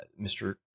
Mr